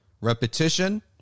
Repetition